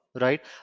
right